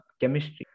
chemistry